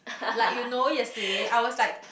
like you know yesterday I was like